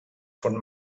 von